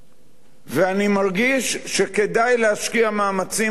ואני מרגיש שכדאי להשקיע מאמצים בתחום הזה.